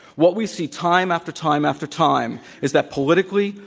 what we see time, after time, after time is that politically,